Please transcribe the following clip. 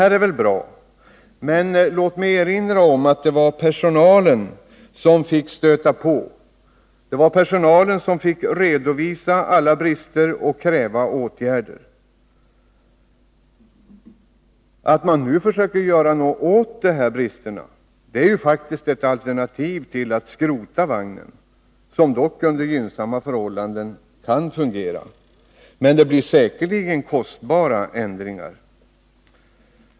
Det är väl bra, men låt mig erinra om att det var personalen som fick stöta på, redovisa alla brister och kräva åtgärder. Att man nu försöker göra något åt dessa brister är faktiskt ett alternativ till att skrota vagnen, som dock under gynnsamma förhållanden kan fungera. Men det blir säkerligen dyrbara ändringar.